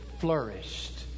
flourished